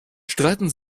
streiten